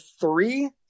three